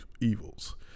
evils